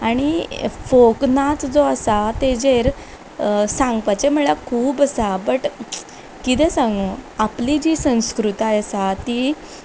आनी फोक नाच जो आसा ताजेर सांगपाचे म्हणल्यार खूब आसा बट कितें सांगू आपली जी संस्कृताय आसा ती